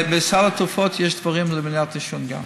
בסל התרופות יש גם דברים למניעת עישון,